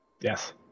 Yes